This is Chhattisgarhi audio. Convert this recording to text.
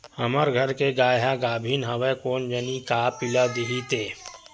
हमर घर के गाय ह गाभिन हवय कोन जनी का पिला दिही ते